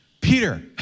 Peter